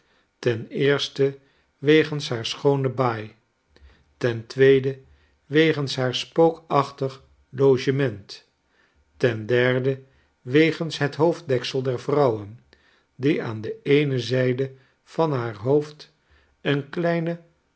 ten eerste wegens hare schoone baai ten tweede wegens haar spookachtig logement ten derde wegens het hoofddeksel der vrouwen die aan de eene zijde van haar hoofd een kleinen